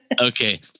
Okay